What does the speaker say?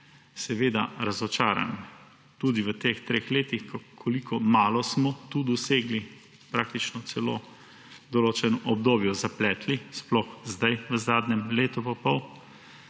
seveda razočaran, tudi v teh treh letih, koliko malo smo tu dosegli, praktično celo določeno obdobje zapletli, sploh sedaj v zadnjem letu pa pol.